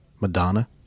Madonna